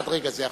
עד רגע זה.